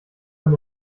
man